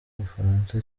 bufaransa